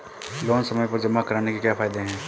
Loan समय पर जमा कराने के क्या फायदे हैं?